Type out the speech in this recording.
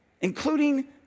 including